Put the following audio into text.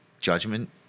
Judgment